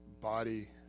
body